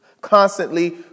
constantly